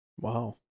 Wow